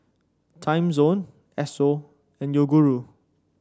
Timezone Esso and Yoguru